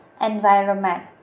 environment